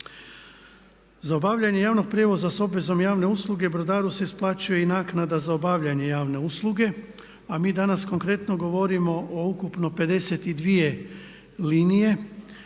Za obavljanje javnog prijevoza sa obvezom javne usluge brodaru se isplaćuje i naknada za obavljanje javne usluge a mi danas konkretno govorimo o ukupno 52 linije.